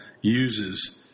uses